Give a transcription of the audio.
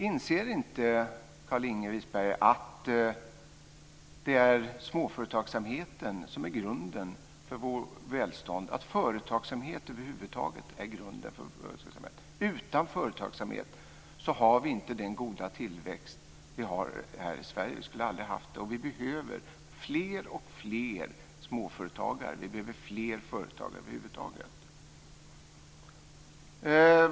Inser inte Carlinge Wisberg att det är småföretagsamheten, och företagsamhet över huvud taget, som är grunden för vårt välstånd? Utan företagsamhet skulle vi aldrig ha haft den goda tillväxt vi har här i Sverige. Vi behöver fler och fler småföretagare. Vi behöver fler företagare över huvud taget.